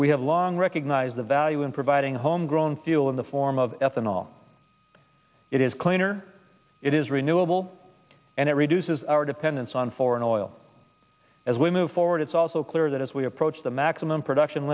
we have long recognized the value in providing home in the form of ethanol it is cleaner it is renewable and it reduces our dependence on foreign oil as we move forward it's also clear that as we approach the maximum production